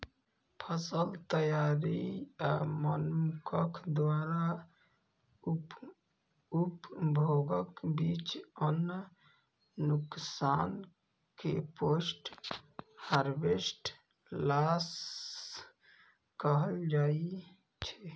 फसल तैयारी आ मनुक्ख द्वारा उपभोगक बीच अन्न नुकसान कें पोस्ट हार्वेस्ट लॉस कहल जाइ छै